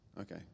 Okay